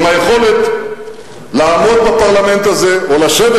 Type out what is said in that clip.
עם היכולת לעמוד בפרלמנט הזה או לשבת